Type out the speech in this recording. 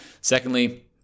Secondly